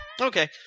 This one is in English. Okay